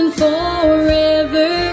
forever